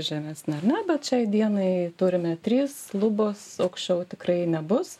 žemesniame bet šiai dienai turime trys lubos aukščiau tikrai nebus